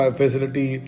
facility